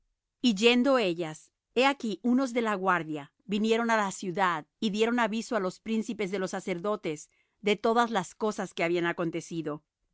y yendo ellas he aquí unos de la guardia vinieron á la ciudad y dieron aviso á los príncipes de los sacerdotes de todas las cosas que habían acontecido